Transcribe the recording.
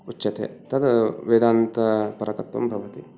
उच्यते तद् वेदान्तपरकत्वं भवति